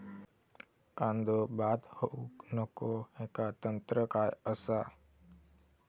कांदो बाद होऊक नको ह्याका तंत्र काय असा?